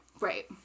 right